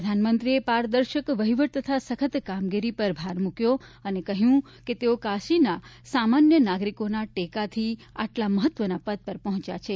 પ્રધાનમંત્રીએ પારદર્શક વહીવટ તથા સપ્ન કામગીરી પર ભાર મૂક્યો હતો અને કહ્યું કે તેઓ કાશીના સામાન્ય નાગરિકોના ટેકાથી આટલા મહત્વના પદ પર પહોંચ્યા છે